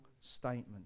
statement